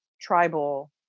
tribal